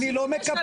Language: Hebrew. אני לא מקפח.